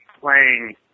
playing